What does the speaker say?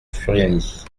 furiani